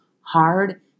hard